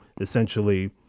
essentially